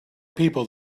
people